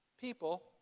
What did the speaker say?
people